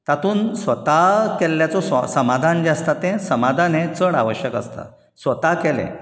तातूंच स्वता केल्याचो समाधान जे आसता ते समाधान हें चड आवश्यक आसता स्वता केलें